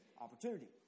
Opportunity